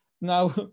Now